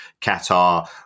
Qatar